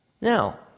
Now